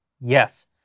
Yes